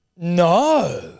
No